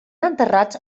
enterrats